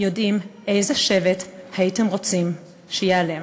יודעים איזה שבט הייתם רוצים שייעלם.